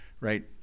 right